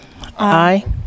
Aye